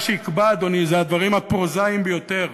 מה שיקבע, אדוני, זה הדברים הפרוזאיים ביותר,